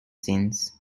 since